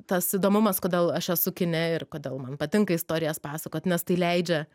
tas įdomumas kodėl aš esu kine ir kodėl man patinka istorijas pasakot nes tai leidžia